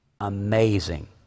amazing